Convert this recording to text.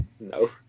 No